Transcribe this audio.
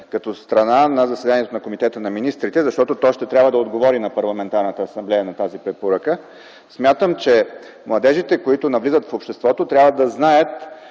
като страна на заседанието на Комитета на министрите, защото тя ще трябва да отговори на тази препоръка на Парламентарната асамблея. Смятам, че младежите, които навлизат в обществото, трябва да знаят,